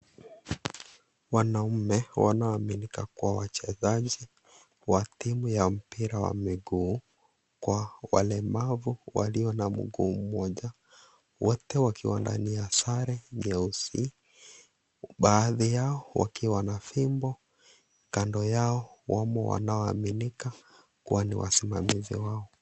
Wanaume wanaoaminika kuwa wachezaji wa mpira wa miguu kwa walemavu walio na mguu mmoja wote wakiwa ndani ya sare nyeusi baadhi yao wakiwa na fimbo kando yao wamo wanaoaminika kuwa ni wasimamizi wao.